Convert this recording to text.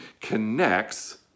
connects